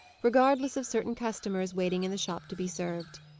regardless of certain customers waiting in the shop to be served.